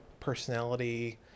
personality